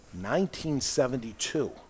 1972